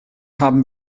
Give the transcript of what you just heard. haben